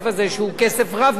שהוא כסף רב מאוד,